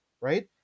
right